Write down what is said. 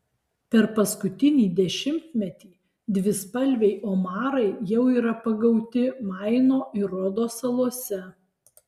per paskutinį dešimtmetį dvispalviai omarai jau yra pagauti maino ir rodo salose